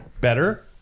better